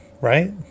right